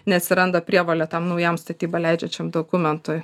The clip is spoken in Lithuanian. neatsiranda prievolė tam naujam statybą leidžiančiam dokumentui